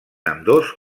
ambdós